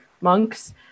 monks